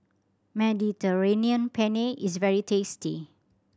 Mediterranean Penne is very tasty